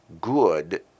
good